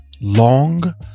long